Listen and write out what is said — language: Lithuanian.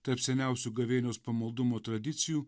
tarp seniausių gavėnios pamaldumo tradicijų